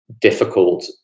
difficult